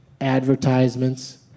advertisements